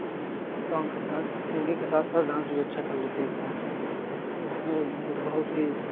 song के साथ singing के साथ साथ डांस भी अच्छा कर लेते हैं पवन सिंह इसलिए बहुत ही